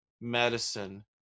medicine